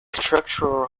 structural